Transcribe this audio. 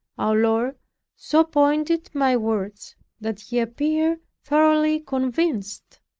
our lord so pointed my words that he appeared thoroughly convinced.